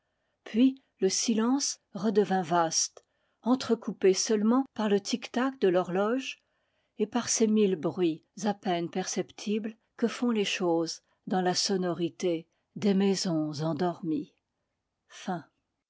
puis le silence redevint vaste entrecoupé seulement par le tic tac de l'horloge et par ces mille bruits à peine perceptibles que font les choses dans la sonorité des maisons endormies fin